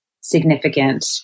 significant